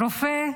רופא,